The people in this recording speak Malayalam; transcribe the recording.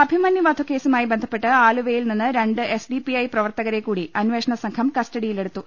അഭിമന്യു വധക്കേസുമായി ബന്ധപ്പെട്ട് ആലുവയിൽ നിന്ന് രണ്ട് എസ്ഡിപിഐ പ്രവർത്തകരെ കൂടി അന്വേഷണസംഘം കസ്റ്റഡിയിലെടുത്തു